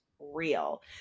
real